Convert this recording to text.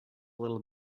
little